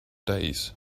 days